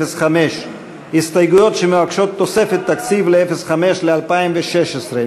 05. הסתייגויות שמבקשות תוספת תקציב לסעיף 05 לשנת 2016,